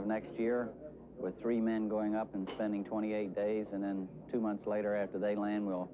of next year with three men going up and spending twenty eight days and then two months later after they land will